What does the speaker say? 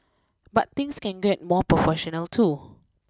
but things can get more professional too